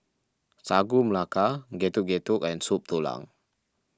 Sagu Melaka Getuk Getuk and Soup Tulang